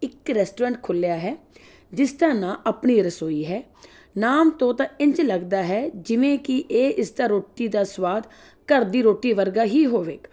ਇੱਕ ਰੈਸਟੋਰੈਂਟ ਖੁੱਲ੍ਹਿਆ ਹੈ ਜਿਸ ਦਾ ਨਾਂ ਆਪਣੀ ਰਸੋਈ ਹੈ ਨਾਮ ਤੋਂ ਤਾਂ ਇੰਝ ਲੱਗਦਾ ਹੈ ਜਿਵੇਂ ਕਿ ਇਹ ਇਸ ਦਾ ਰੋਟੀ ਦਾ ਸਵਾਦ ਘਰ ਦੀ ਰੋਟੀ ਵਰਗਾ ਹੀ ਹੋਵੇਗਾ